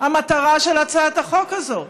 המטרה של הצעת החוק הזו.